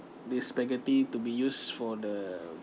the spaghetti to be used for the